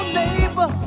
neighbor